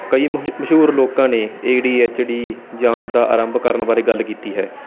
ਕਈ ਮ ਮਸ਼ਹੂਰ ਲੋਕਾਂ ਨੇ ਏ ਡੀ ਐੱਚ ਡੀ ਜਾਂਚ ਦਾ ਆਰੰਭ ਕਰਨ ਬਾਰੇ ਗੱਲ ਕੀਤੀ ਹੈ